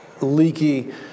leaky